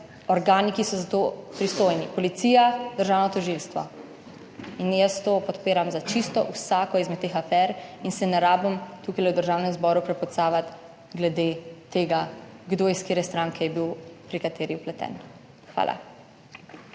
organi, ki so za to pristojni, policija, državno tožilstvo. Jaz to podpiram za čisto vsako izmed teh afer in se ne rabim tukaj v Državnem zboru "prepucavati" glede tega, kdo iz katere stranke bil pri kateri vpleten. Hvala.